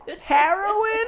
Heroin